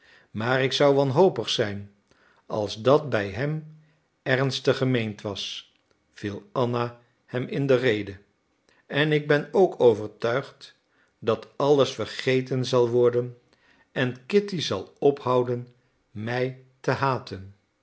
maar ik zou wanhopig zijn als dat bij hem ernstig gemeend was viel anna hem in de rede en ik ben ook overtuigd dat alles vergeten zal worden en kitty zal ophouden mij te haten